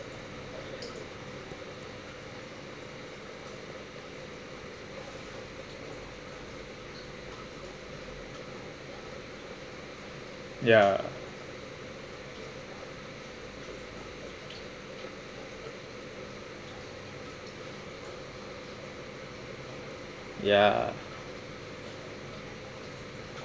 ya ya